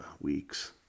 weeks